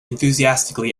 enthusiastically